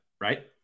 right